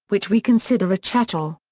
which we consider a chattel.